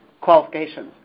qualifications